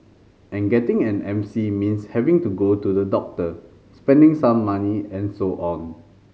and getting an M C means having to go to the doctor spending some money and so on